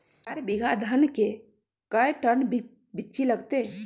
चार बीघा में धन के कर्टन बिच्ची लगतै?